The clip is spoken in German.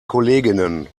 kolleginnen